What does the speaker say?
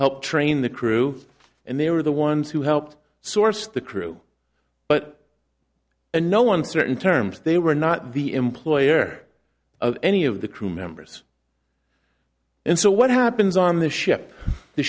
helped train the crew and they were the ones who helped source the crew but a no on certain terms they were not the employer of any of the crew members and so what happens on the ship the